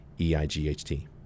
E-I-G-H-T